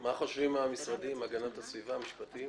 מה חושבים המשרדים להגנת הסביבה, המשפטים?